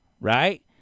right